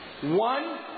One